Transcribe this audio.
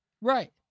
Right